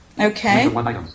Okay